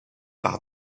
par